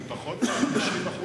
כי פחות מ-50%